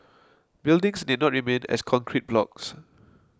buildings need not remain as concrete blocks